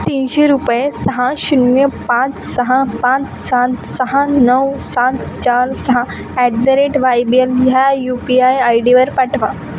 तीनशे रुपये सहा शून्य पाच सहा पाच सात सहा नऊ सात चार सहा at the rate Y B L ह्या यू पी आय आय डीवर पाठवा